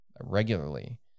regularly